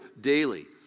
daily